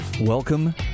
Welcome